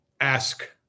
ask